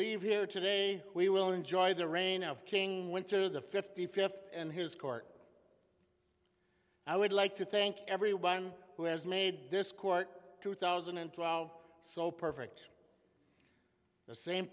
leave here today we will enjoy the reign of king winter the fifty fifth and his court i would like to thank everyone who has made this court two thousand and twelve so perfect